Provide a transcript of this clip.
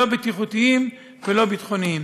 לא בטיחותיים ולא ביטחוניים.